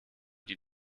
die